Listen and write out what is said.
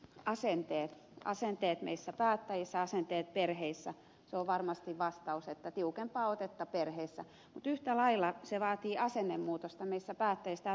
asenteet asenteet meissä päättäjissä asenteet perheissä se on varmasti vastaus että tiukempaa otetta perheissä mutta yhtä lailla se vaatii asennemuutosta meissä päättäjissä